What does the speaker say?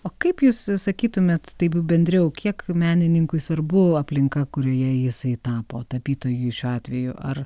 o kaip jūs sakytumėt taip bendriau kiek menininkui svarbu aplinka kurioje jisai tapo tapytojui šiuo atveju ar